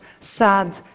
sad